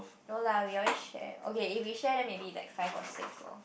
no lah we always share okay if we share maybe like five or six lor